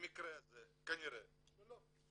במקרה הזה, כנראה שלא.